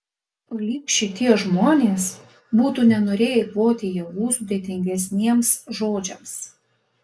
lyg šitie žmonės būtų nenorėję eikvoti jėgų sudėtingesniems žodžiams